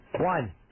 One